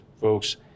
folks